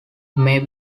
may